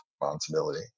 responsibility